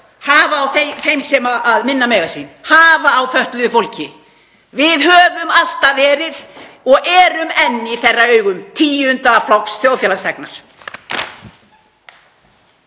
hafa á þeim sem minna mega sín, hafa á fötluðu fólki. Við höfum alltaf verið, og erum enn í þeirra augum, tíunda flokks þjóðfélagsþegnar.